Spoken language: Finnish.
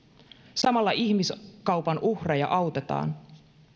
samalla ihmiskaupan uhreja autetaan